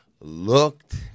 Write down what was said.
looked